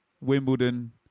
Wimbledon